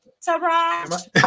Surprise